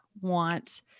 want